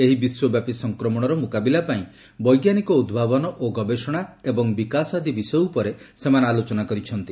ଏହି ବିଶ୍ୱବ୍ୟାପୀ ସଂକ୍ରମଣର ମୁକାବିଲା ପାଇଁ ବୈଜ୍ଞାନିକ ଉଦ୍ଭାବନ ଓ ଗବେଷଣା ଏବଂ ବିକାଶ ଆଦି ବିଷୟ ଉପରେ ସେମାନେ ଆଲୋଚନା କରିଛନ୍ତି